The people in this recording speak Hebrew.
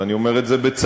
ואני אומר את זה בצער,